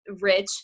rich